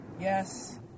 yes